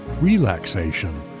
relaxation